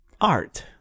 art